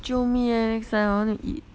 jio me eh next time I want to eat